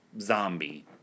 zombie